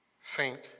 faint